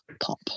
pop